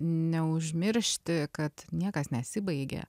neužmiršti kad niekas nesibaigia